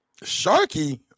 Sharky